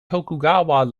tokugawa